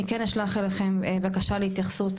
אני כן אשלח אליכם בקשה להתייחסות